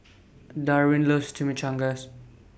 Darwin loves Chimichangas